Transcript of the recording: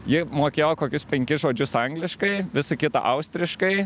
ji mokėjo kokius penkis žodžius angliškai visa kita austriškai